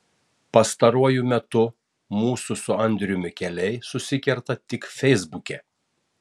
pastaruoju metu mūsų su andriumi keliai susikerta tik feisbuke